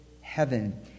heaven